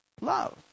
love